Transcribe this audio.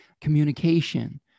communication